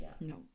no